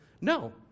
No